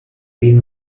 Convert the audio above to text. bmw